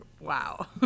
Wow